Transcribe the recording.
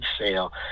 sale